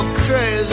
crazy